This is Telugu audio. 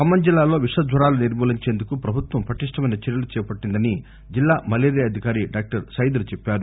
ఖమ్మం జిల్లాలో విష జ్వరాలు నిర్మూలించేందుకు ప్రభుత్వం పటిష్ణమైన చర్యలు చేపట్టిందని జిల్లా మలేరియ అధికారి డాక్టర్ సైదులు చెప్పారు